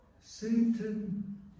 Satan